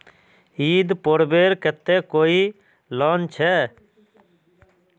ईद पर्वेर केते कोई लोन छे?